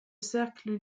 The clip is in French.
cercle